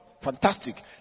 Fantastic